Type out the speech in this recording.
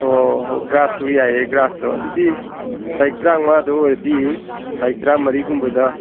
ꯑꯣ ꯒ꯭ꯔꯥꯁꯇꯨ ꯌꯥꯏꯌꯦ ꯒ꯭ꯔꯥꯁꯇꯣ ꯑꯗꯨꯗꯤ ꯇꯥꯔꯤꯛ ꯇꯔꯥꯃꯉꯥꯗ ꯑꯣꯏꯔꯗꯤ ꯇꯥꯔꯤꯛ ꯇꯔꯥꯃꯔꯤꯒꯨꯝꯕꯗ